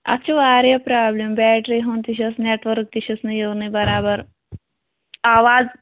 اَتھ چھُ واریاہ پرٛابلِم بیٹری ہُنٛد تہِ چھُس نیٚٹ ؤرٕک تہِ چھُس نہٕ یِونٕے بَرابر آواز